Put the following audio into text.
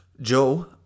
Joe